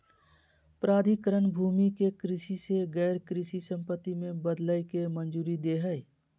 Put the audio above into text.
प्राधिकरण भूमि के कृषि से गैर कृषि संपत्ति में बदलय के मंजूरी दे हइ